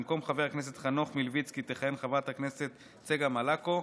במקום חבר הכנסת חנוך מלביצקי תכהן חברת הכנסת צגה מלקו.